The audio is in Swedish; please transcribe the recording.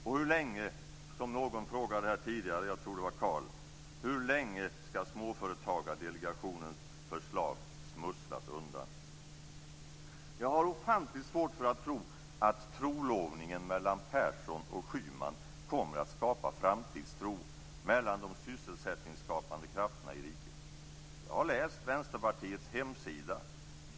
Och som någon frågade förut; jag tror det var Carl: Hur länge skall Småföretagardelegationens förslag smusslas undan? Jag har ofantligt svårt att tro att trolovningen mellan Persson och Schyman kommer att skapa framtidstro bland de sysselsättningsskapande krafterna i riket. Jag har läst Vänsterpartiets hemsida.